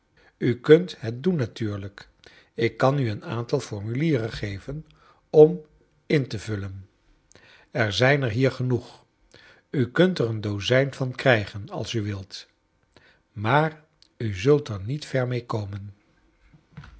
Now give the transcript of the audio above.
u kunt het doen natuurlijk ik kan u een aantal formulieren geven om in te vullen er zijn er hier genoeg u kunt er een dozljn van krijgen als u wilt maar u zult er niet ver mee komen